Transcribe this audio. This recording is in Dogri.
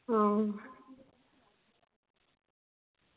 हां